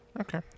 Okay